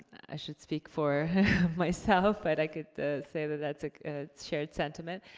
i should speak for myself, but i could say that that's a shared sentiment.